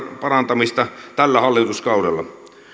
parantamista tällä hallituskaudella